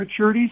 maturities